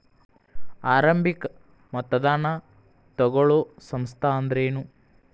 ಆರಂಭಿಕ್ ಮತದಾನಾ ತಗೋಳೋ ಸಂಸ್ಥಾ ಅಂದ್ರೇನು?